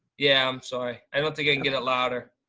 yeah, i'm sorry, i don't think i can get it louder.